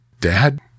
Dad